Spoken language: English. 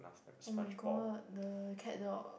[oh]-my-god the cat dog